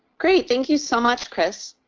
great. thank you so much, chris.